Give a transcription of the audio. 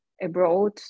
abroad